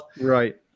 right